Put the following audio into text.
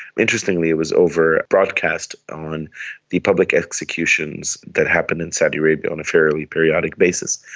interestingly it was over broadcast on the public executions that happened in saudi arabia on a fairly periodic basis.